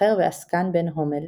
סוחר ועסקן בן הומל,